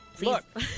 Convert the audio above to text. Look